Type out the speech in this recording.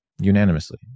unanimously